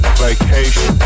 vacation